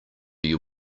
you